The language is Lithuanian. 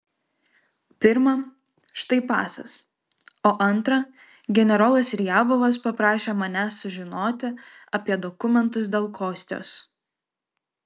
pirma štai pasas o antra generolas riabovas paprašė manęs sužinoti apie dokumentus dėl kostios